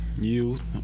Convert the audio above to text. youth